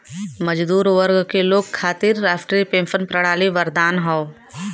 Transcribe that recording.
मजदूर वर्ग के लोग खातिर राष्ट्रीय पेंशन प्रणाली वरदान हौ